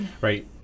right